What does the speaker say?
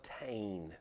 obtain